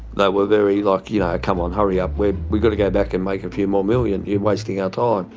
they were very, like, yeah come on, hurry up, we've we've got to go back and make a few more million. you're wasting and our